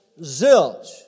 Zilch